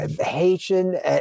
haitian